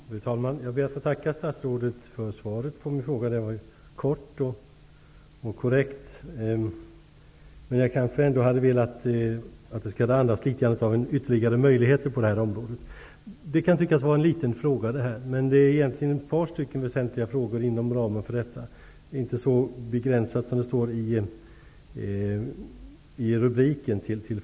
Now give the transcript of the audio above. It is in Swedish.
Fru talman! Jag ber att få tacka statsrådet för svaret på min fråga. Det var kort och korrekt, men jag kanske hade velat att det skulle andas litet grand av ytterligare möjligheter på det här området. Detta kan tyckas vara en liten fråga. Men det finns egentligen ett par väsentliga frågor inom ramen för denna. Den är inte så begränsad som det står i frågans rubrik.